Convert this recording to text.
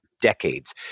decades